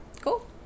Cool